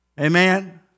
Amen